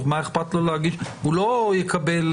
כמשנה לממונה על הליכי חדלות פירעון ושיקום כלכלי,